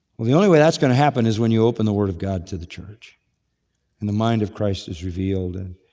well the only way that's going to happen is when you open the word of god to the church and the mind of christ is revealed. and